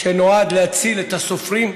שנועד להציל את הסופרים?